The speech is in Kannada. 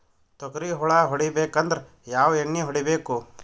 ತೊಗ್ರಿ ಹುಳ ಹೊಡಿಬೇಕಂದ್ರ ಯಾವ್ ಎಣ್ಣಿ ಹೊಡಿಬೇಕು?